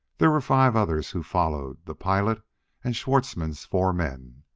there were five others who followed the pilot and schwartzmann's four men.